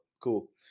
Cool